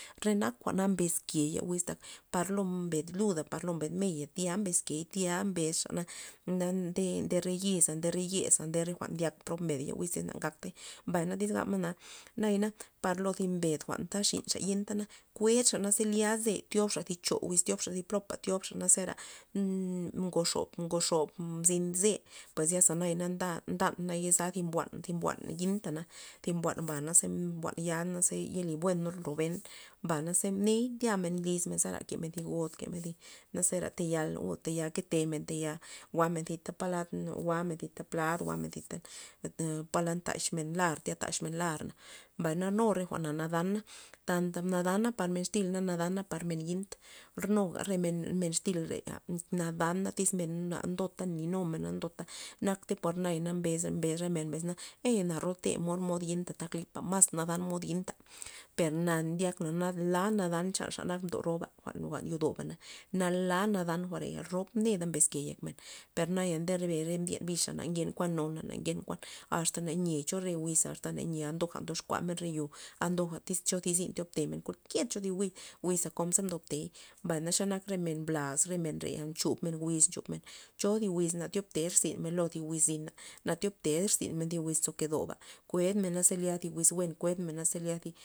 Re nak jwa'na mbes ke ye wiz pa ta par lo mbed luda par lo mbed meya tya mbezkey tya mbesxana na nde re yiz ndere yeza nde re jwa'n ndyak prob mbed ze ye wiz, mbayna tyz gabna na yana par lo thi mbed jwa'nta thi xa yinta kued xana na ze lya tyobxa thi cho wiz len polopa tyob xa naze ngoxob- ngoxob mzin ze pues zyasa thi mbuan- mbuan thi buan yinta na yezan thi buan zi buan yintana thi buan ba naze mbuan ya ze nde li buenor ro ben mbay naze mney ndyamen lizmen zera kemen thi god kemen thi nazera tayal keten taya jwa'men thi palad jwa'men jwa'men zita plad zita palad ndaxmen lar tya taxmen lar n a mbay na nu re jwa'na nadan tanta nada na par xtyl na nadana par men yit nuga re men xtylrea nadana tyz men na ndota nlinu mena na ndota por naya na mbes re men nayana na ryote mod mod yinta por lipa mas nadan mod yint per na ndyak na na la nadan chan xa nak mdo roba jwa'n- jwa'n yodoba la nadan jwa're rob neda mbeskey per naya ndere mbyen bixa na ngen kuan nona ngen kuan asta na yie cho re wiza asta na nie a ndoja ndoxkua ro yo anta cho ty zin tyob temen kualkier thi wiz konkeze mdob tey mbay na xenak remen blaz re men re nchomen wiz nchomen cho ty wiz na tyob te thi zynmen thi wiz zina na tyob ted zyn wiz nzo kedo kued men naze lya thiwiz buen kued men naze liay.